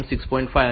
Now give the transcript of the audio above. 5 M 5